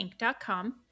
Inc.com